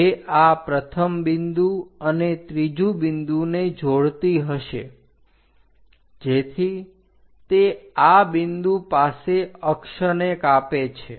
જે આ પ્રથમ બિંદુ અને ત્રીજું બિંદુને જોડતી હશે જેથી તે આ બિંદુ પાસે અક્ષને કાપે છે